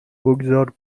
بگذار